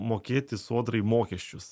mokėti sodrai mokesčius